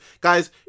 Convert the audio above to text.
guys